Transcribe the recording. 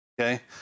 Okay